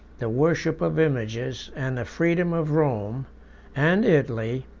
the worship of images, and the freedom of rome and italy,